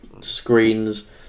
screens